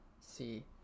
see